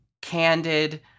candid